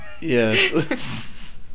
Yes